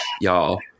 y'all